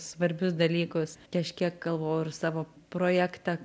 svarbius dalykus tai aš kiek galvojau ir savo projektą